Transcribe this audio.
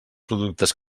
productes